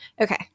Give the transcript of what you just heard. Okay